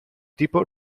tipo